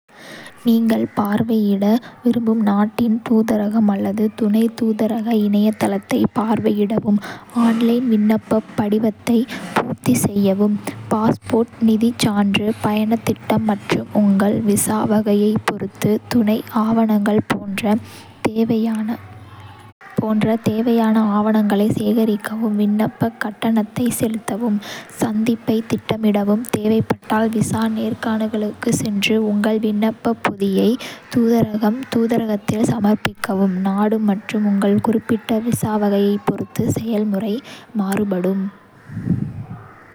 நீங்கள் பார்வையிட விரும்பும் நாட்டின் தூதரகம் அல்லது துணைத் தூதரக இணையதளத்தைப் பார்வையிடவும், ஆன்லைன் விண்ணப்பப் படிவத்தைப் பூர்த்தி செய்யவும். பாஸ்போர்ட், நிதிச் சான்று, பயணத் திட்டம் மற்றும் உங்கள் விசா வகையைப் பொறுத்து துணை ஆவணங்கள் போன்ற தேவையான ஆவணங்களைச் சேகரிக்கவும், விண்ணப்பக் கட்டணத்தைச் செலுத்தவும், சந்திப்பைத் திட்டமிடவும் தேவைப்பட்டால், விசா நேர்காணலுக்குச் சென்று, உங்கள் விண்ணப்பப் பொதியை தூதரகம்/தூதரகத்தில் சமர்ப்பிக்கவும்; நாடு மற்றும் உங்கள் குறிப்பிட்ட விசா வகையைப் பொறுத்து செயல்முறை மாறுபடும்.